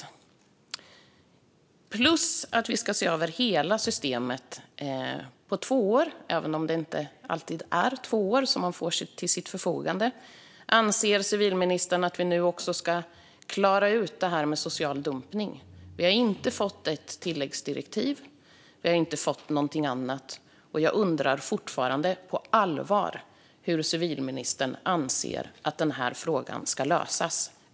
Utöver att hela systemet ska ses över på två år, även om man inte alltid får två år till sitt förfogande, anser civilministern att vi nu också ska klara ut det här med social dumpning. Vi har inte fått något tilläggsdirektiv eller annat, och jag undrar fortfarande på allvar hur civilministern anser att den här frågan ska lösas.